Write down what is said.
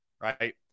Right